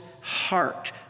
heart